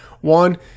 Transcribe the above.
One